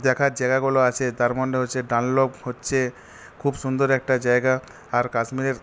দেখার জায়গাগুলো আছে তার মধ্যে হচ্ছে ডাল লেক হচ্ছে খুব সুন্দর একটা জায়গা আর কাশ্মীরে